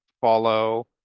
follow